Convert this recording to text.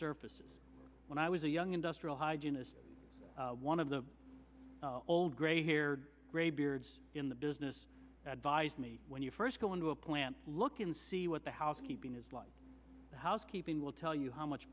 surfaces when i was a young industrial hygienist one of the old gray haired gray beards in the business advise me when you first go into a plant look and see what the housekeeping is like housekeeping will tell you how much